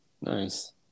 Nice